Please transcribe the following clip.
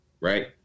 right